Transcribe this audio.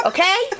Okay